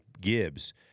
Gibbs